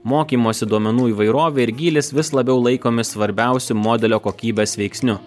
mokymosi duomenų įvairovė ir gylis vis labiau laikomi svarbiausiu modelio kokybės veiksniu